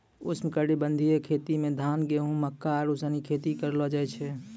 उष्णकटिबंधीय खेती मे धान, गेहूं, मक्का आरु सनी खेती करलो जाय छै